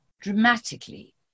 dramatically